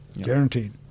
guaranteed